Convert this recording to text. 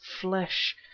flesh